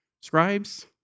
Scribes